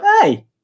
hey